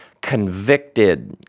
convicted